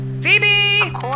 Phoebe